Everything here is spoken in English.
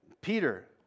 peter